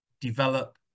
develop